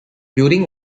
building